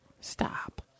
Stop